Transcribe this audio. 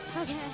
Okay